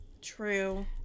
True